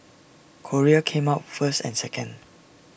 Korea came out first and second